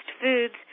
foods